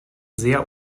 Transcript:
sehr